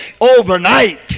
overnight